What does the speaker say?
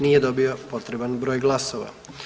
Nije dobio potreban broj glasova.